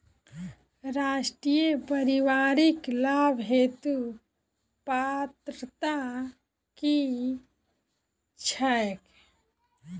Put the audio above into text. राष्ट्रीय परिवारिक लाभ हेतु पात्रता की छैक